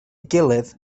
gilydd